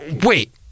wait